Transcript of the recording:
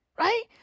Right